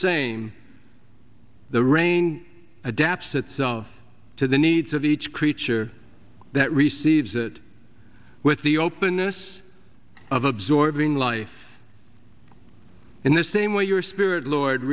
same the rain adapts itself to the needs of each creature that receives it with the openness of absorbing life in the same way your spirit lord